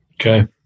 Okay